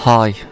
Hi